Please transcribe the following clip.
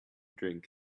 drink